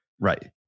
right